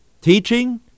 Teaching